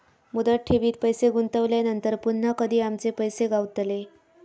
मुदत ठेवीत पैसे गुंतवल्यानंतर पुन्हा कधी आमचे पैसे गावतले?